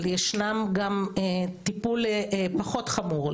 אבל יש גם טיפול פחות חמור,